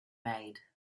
made